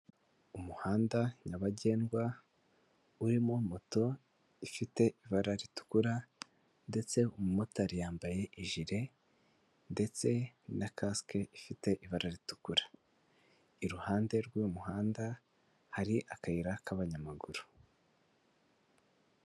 Umuhanda nyabagendwa urimo moto ifite ibara ritukura ndetse umumotari yambaye ijire ndetse na kasike ifite ibara ritukura, iruhande rw'uyu muhanda hari akayira k'abanyamaguru.